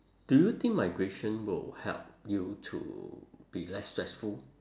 do you think migration will help you to be less stressful